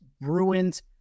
Bruins